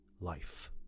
Life